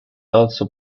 also